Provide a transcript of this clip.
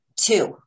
Two